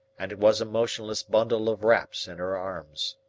and it was a motionless bundle of wraps in her arms.